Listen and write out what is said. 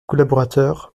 collaborateurs